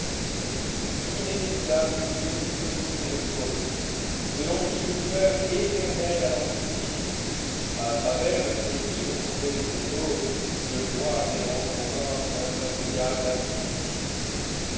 inépuisable puits de sottise et de fautes lde l'antique douleur éternel alambic ia travers le treillis recourbé de tes côtesje vois errant encor l'insatiable